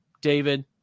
David